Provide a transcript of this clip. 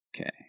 Okay